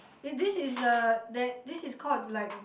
eh this is the that this is called like